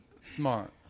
smart